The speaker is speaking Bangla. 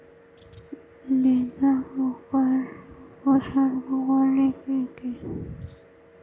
লেদা পোকার উপসর্গগুলি কি কি?